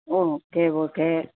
okay okay